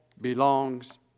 belongs